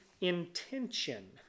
intention